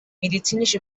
medizinische